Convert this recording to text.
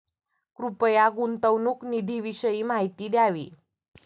कृपया गुंतवणूक निधीविषयी माहिती द्यावी